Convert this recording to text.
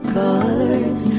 colors